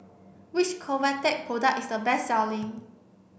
which Convatec product is a best selling